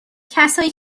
کسایی